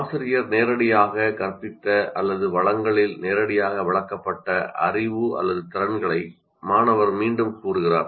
ஆசிரியர் நேரடியாக கற்பித்த அல்லது வளங்களில் நேரடியாக விளக்கப்பட்ட அறிவு அல்லது திறன்களை மாணவர் மீண்டும் கூறுகிறார்